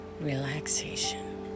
relaxation